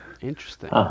Interesting